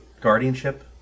guardianship